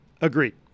Agreed